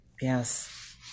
Yes